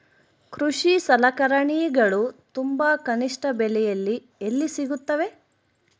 ಕೃಷಿ ಸಲಕರಣಿಗಳು ತುಂಬಾ ಕನಿಷ್ಠ ಬೆಲೆಯಲ್ಲಿ ಎಲ್ಲಿ ಸಿಗುತ್ತವೆ?